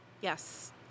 Yes